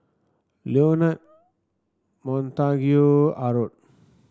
Leonard Montague Harrod